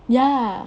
ya